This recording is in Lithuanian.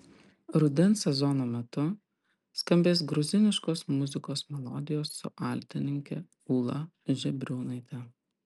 rudens sezono metu skambės gruziniškos muzikos melodijos su altininke ūla žebriūnaite